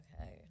okay